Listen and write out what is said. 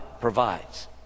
provides